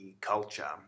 culture